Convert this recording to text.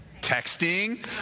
Texting